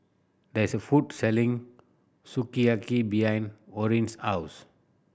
there is a food selling Sukiyaki behind Orrin's house